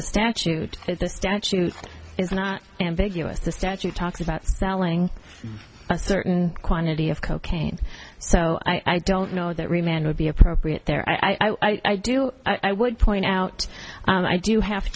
the statute the statute is not ambiguous the statute talks about selling a certain quantity of cocaine so i don't know that remained would be appropriate there i do i would point out i do have